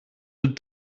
een